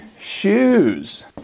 shoes